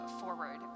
forward